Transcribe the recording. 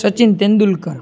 Sachin Tendulkar